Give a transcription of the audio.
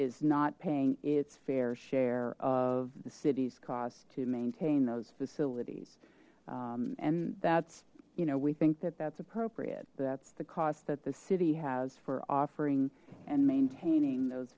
is not paying its fair share of the city's cost to maintain those facilities and that's you know we think that that's appropriate that's the cost that the city has for offering and maintaining those